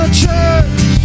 church